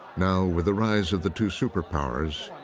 now, with the rise of the two superpowers,